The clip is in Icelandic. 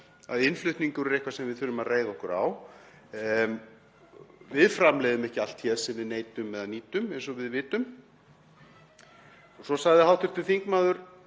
að innflutningur er eitthvað sem við þurfum að reiða okkur á. Við framleiðum ekki allt hér sem við neytum eða nýtum eins og við vitum. Svo sagði hv. þm.